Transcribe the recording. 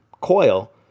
coil